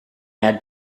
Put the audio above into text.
had